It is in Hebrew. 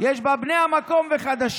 יש בה בני המקום וחדשים,